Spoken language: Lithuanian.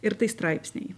ir tai straipsniai